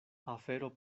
afero